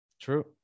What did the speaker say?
True